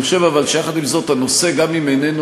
אני חושב שהנושא גם איננו,